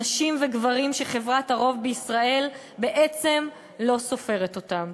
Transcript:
נשים וגברים שחברת הרוב בישראל בעצם לא סופרת אותם.